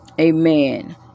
Amen